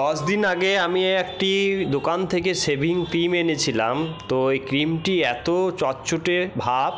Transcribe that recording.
দশ দিন আগে আমি একটি দোকান থেকে শেভিং ক্রিম এনেছিলাম তো ওই ক্রিমটি এতো চটচটে ভাব